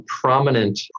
prominent